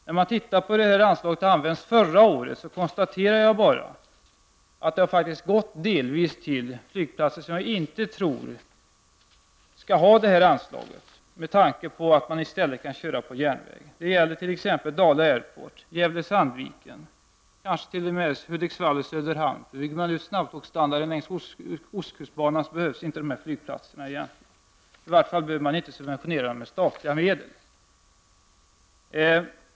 När jag ser på hur detta anslag hanterades förra året konstaterar jag att det faktiskt har gått till flygplatser som enligt min mening inte skall ha sådana bidrag, eftersom transporterna i stället kan ske med järnväg. Det gäller t.ex. Dala Airport, Gävle — Sandviken, kanske t.o.m. Hudiksvall och Söderhamn. Bygger man ut snabbtågsstandarden längs Ostkustbanan, behövs egentligen inte dessa flygplatser. I varje fall behöver de inte subventioneras med statliga medel.